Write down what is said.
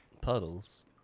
Puddles